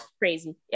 crazy